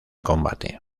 combate